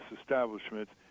establishments